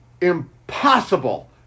impossible